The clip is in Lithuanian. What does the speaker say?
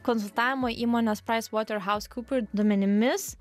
konsultavimo įmonės price waterhouse cooper duomenimis